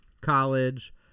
college